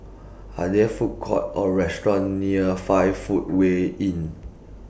Are There Food Courts Or restaurants near five Footway Inn